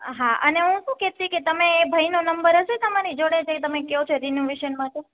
હા અને હું શું કેતીતી કે તમે ભઈનો નંબર છે તમારી જોડે તમે જે કયો છો રિનોવેશન માટે ઈ